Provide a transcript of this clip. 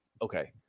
Okay